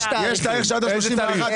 יש תאריכים.